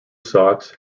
socks